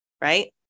right